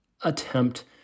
attempt